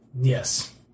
Yes